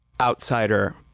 outsider